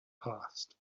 passed